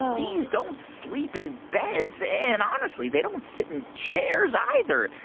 bees don't sleep in beds. and honestly, they don't sit in chairs, either.